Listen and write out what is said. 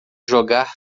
jogar